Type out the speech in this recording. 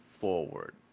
forward